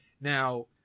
Now